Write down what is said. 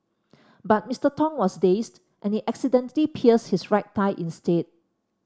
but Mister Tong was dazed and he accidentally pierced his right thigh instead